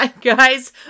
guys